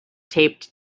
taped